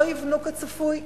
לא יבנו כצפוי,